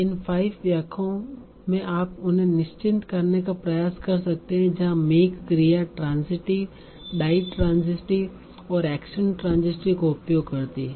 इन 5 व्याख्याओं में आप उन्हें चिह्नित करने का प्रयास कर सकते हैं जहां मेक क्रिया ट्रांसीटीव डाईट्रांसीटीव और एक्शन ट्रांसीटीव का उपयोग करती है